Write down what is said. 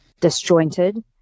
disjointed